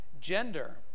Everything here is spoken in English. Gender